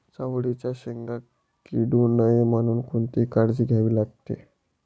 चवळीच्या शेंगा किडू नये म्हणून कोणती काळजी घ्यावी लागते?